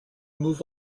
move